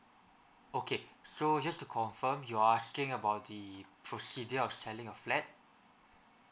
okay so just to confirm you're asking about the procedure of selling a flat